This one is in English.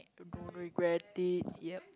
don't regret it yup